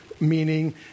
meaning